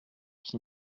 qui